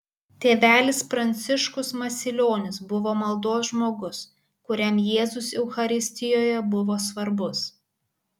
tėvelis pranciškus masilionis buvo maldos žmogus kuriam jėzus eucharistijoje buvo svarbus